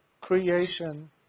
creation